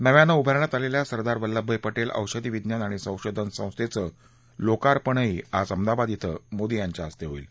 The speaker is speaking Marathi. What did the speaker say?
नव्यान उभारण्यात आलेल्या सरदार वल्लभभाई पटेल औषधी विज्ञान आणि संशोधन संस्थेचं लोकार्पणही आज अहमदाबाद क्वें मोदी यांच्या हस्ते होईल